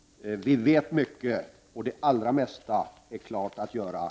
Vi vet mycket, och det mesta går att göra nu.